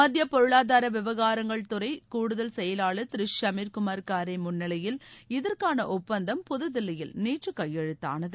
மத்திய பொருளாதார விவகாரங்கள்துறை கூடுதல் செயவாளர் திரு ஷமீர் குமார் காரே முன்னிவையில் இதற்கான ஒப்பந்தம் புதுதில்லியில் நேற்று கையெழுத்தானது